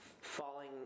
falling